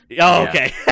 okay